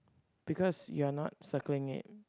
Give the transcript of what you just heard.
because you are not circling it